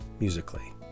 musically